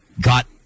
got